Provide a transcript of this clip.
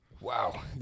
Wow